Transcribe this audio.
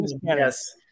Yes